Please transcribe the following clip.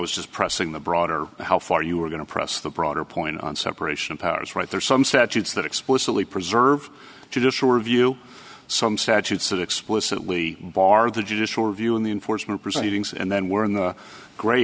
was just pressing the broader how far you were going to press the broader point on separation of powers right there some statutes that explicitly preserve judicial review some statutes that explicitly bar the judicial review in the enforcement proceedings and then we're in the gray